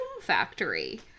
factory